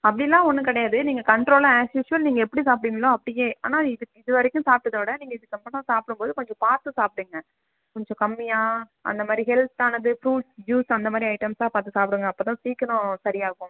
அப்படிலா ஒன்று கிடையாது நீங்கள் கண்ட்ரோலாக ஆஷ்யூஷ்வல் நீங்கள் எப்படி சாப்பிடுவிங்களோ அப்படிக்கே ஆனால் இதுக் இது வரைக்கும் சாப்பிட்டதோட நீங்கள் இதற்கப்பறோம் சாப்பிடம்போது கொஞ்சம் பார்த்து சாப்பிடுங்க கொஞ்சம் கம்மியாக அந்தமாதிரி ஹெல்த்தானது ஃப்ரூட் ஜூஸ் அந்தமாதிரி ஐட்டம்ஸாக பார்த்து சாப்பிடுங்க அப்போ தான் சீக்கரம் சரியாகும்